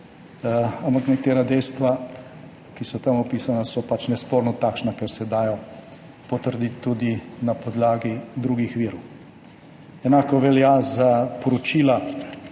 ampak nekatera dejstva, ki so tam opisana, so pač nesporno takšna, ker se dajo potrditi tudi na podlagi drugih virov. Enako velja za poročila